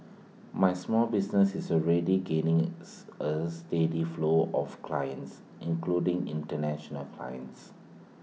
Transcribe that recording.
my small business is already gaining is A steady flow of clients including International clients